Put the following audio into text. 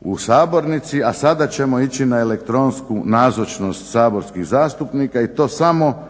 u sabornici, a sada ćemo ići na elektronsku nazočnost saborskih zastupnika i to samo da